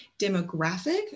demographic